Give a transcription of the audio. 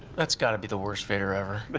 that's got to be the worst vader ever. but